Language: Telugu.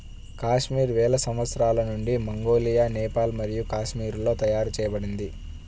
కాశ్మీర్ వేల సంవత్సరాల నుండి మంగోలియా, నేపాల్ మరియు కాశ్మీర్లలో తయారు చేయబడింది